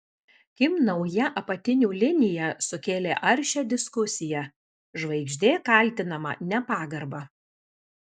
kim nauja apatinių linija sukėlė aršią diskusiją žvaigždė kaltinama nepagarba